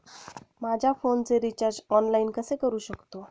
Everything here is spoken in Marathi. माझ्या फोनचे रिचार्ज ऑनलाइन कसे करू शकतो?